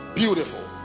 beautiful